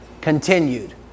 continued